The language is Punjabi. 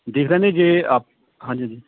ਦੇਖ ਲੈਂਦੇ ਜੇ ਅਪ ਹਾਂਜੀ